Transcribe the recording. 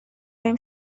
بریم